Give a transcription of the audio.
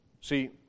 See